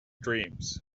dreams